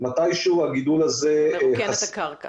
מתי שהוא הגידול הזה מרוקן את הקרקע